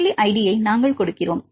சங்கிலி ஐடியை நாங்கள் கொடுக்கிறோம்